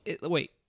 wait